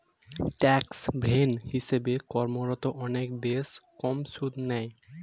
tax haven হিসেবে কর্মরত অনেক দেশ কম সুদ নেয়